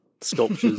Sculptures